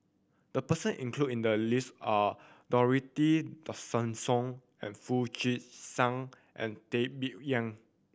the person included in the list are Dorothy Tessensohn and Foo Chee San and Teo Bee Yen